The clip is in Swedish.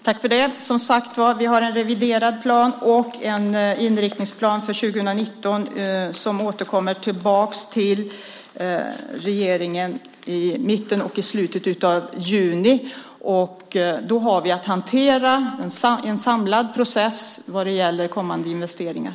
Herr talman! Som sagt var har vi en reviderad plan och en inriktningsplan för 2019 som återkommer till regeringen i mitten och i slutet av juni. Då har vi att hantera en samlad process vad gäller kommande investeringar.